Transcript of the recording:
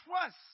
trust